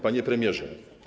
Panie Premierze!